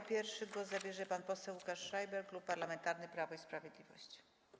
Jako pierwszy głos zabierze pan poseł Łukasz Schreiber, Klub Parlamentarny Prawo i Sprawiedliwość.